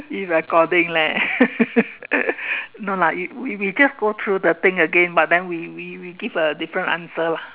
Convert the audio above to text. it's recording leh no lah we we just go through the thing again but then we we we give a different answer lah